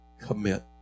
commit